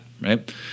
right